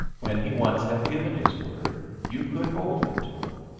when he once had given his word, you could hold him to it.